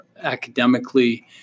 academically